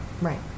Right